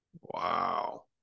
Wow